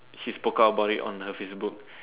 she spoke out about it on her Facebook